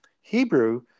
Hebrew